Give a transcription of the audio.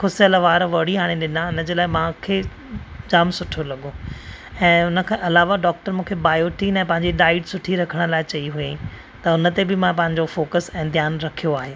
खुसियल वार वरी आणे डिना हिन जे लाइ मूंखे जाम सुठो लगो ऐं हुनखा अलावा डॉक्टर मूंखे बायोटीन ऐं पंहिंजी डाईट सुठी रखण लाई चई हुई त हुनते बि मां पांहिंजो फोकस ऐ ध्यानु रखियो आहे